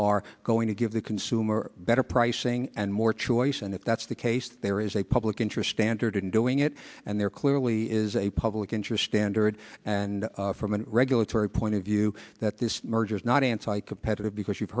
are going to give the consumer better pricing and more choice and if that's the case there is a public interest standard in doing it and there clearly is a public interest standard and from a regulatory point of view that this merger is not anti competitive because you've